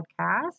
podcast